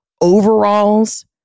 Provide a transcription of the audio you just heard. overalls